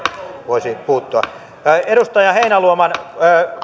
voisi puuttua edustaja heinäluoman